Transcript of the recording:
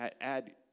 add